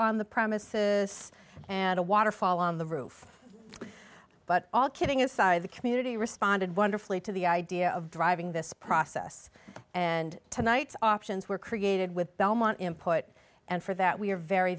on the premises and a water fall on the roof but all kidding aside the community responded wonderfully to the idea of driving this process and tonight's options were created with belmont input and for that we are very